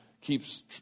keeps